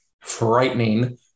frightening